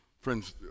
Friends